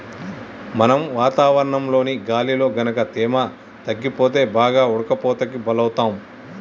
మనం వాతావరణంలోని గాలిలో గనుక తేమ తగ్గిపోతే బాగా ఉడకపోతకి బలౌతాం